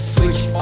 Switch